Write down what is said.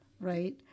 right